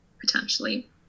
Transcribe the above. potentially